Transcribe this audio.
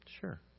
Sure